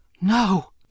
No